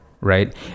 Right